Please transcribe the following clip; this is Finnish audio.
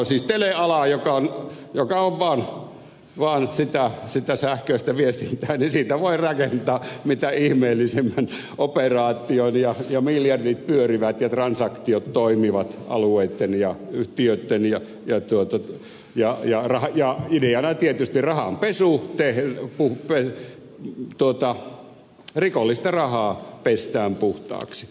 siis telealasta joka on vaan sitä sähköistä viestintää voi rakentaa mitä ihmeellisimmän operaation ja miljardit pyörivät ja transaktiot toimivat alueitten ja yhtiöitten välillä ideana tietysti rahanpesu rikollista rahaa pestään puhtaaksi